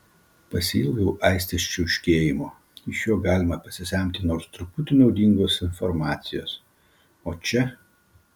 pasiilgau aistės čiauškėjimo iš jo galima pasisemti nors truputį naudingos informacijos o čia